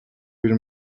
bir